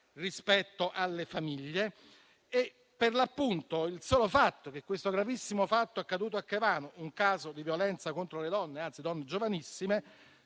rispetto alle famiglie. Per l'appunto, la sola circostanza che questo gravissimo fatto accaduto a Caivano, un caso di violenza contro le donne, anzi contro donne giovanissime,